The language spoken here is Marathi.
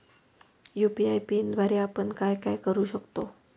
यू.पी.आय पिनद्वारे आपण काय काय करु शकतो?